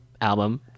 album